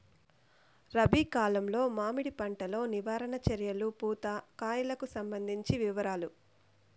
రబి కాలంలో మామిడి పంట లో నివారణ చర్యలు పూత కాయలకు సంబంధించిన వివరాలు?